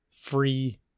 free